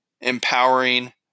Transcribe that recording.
empowering